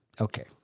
okay